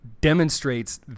demonstrates